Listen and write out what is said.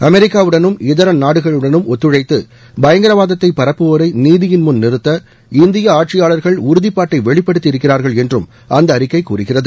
அமெரிக்காவுடனும் இதர நாடுகளுடனும் ஒத்துழைத்து பயங்கரவாதத்தை பரப்புவோரை நீதியின் முள் நிறுத்த இந்திய ஆட்சியாளர்கள் உறுதிப்பாட்டை வெளிபடுத்தி இருக்கிறார்கள் என்றும் அந்த அறிக்கை கூறுகிறது